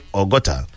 ogota